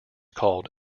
called